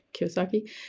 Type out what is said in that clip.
Kiyosaki